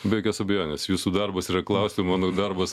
be jokios abejonės jūsų darbas yra klausti o mano darbas